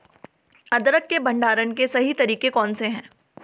अदरक के भंडारण के सही तरीके कौन से हैं?